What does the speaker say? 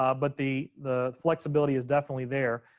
um but the the flexibility is definitely there.